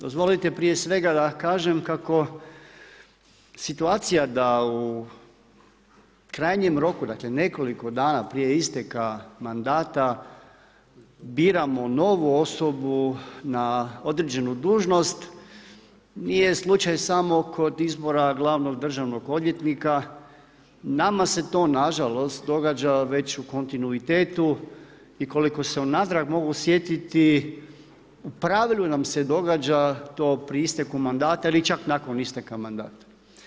Dozvolite prije svega da kažem, kako situacija da u krajnjem roku, dakle, nekoliko dana prije isteka mandata biramo novu osobu na određenu dužnost, nije slučaj samo kod izbora glavnog državnog odvjetnika, nama se to nažalost, događa već u kontinuitetu i koliko se unatrag mogu sjetiti, u pravilu nam se događa to pri isteku manda ili čak nakon isteka mandata.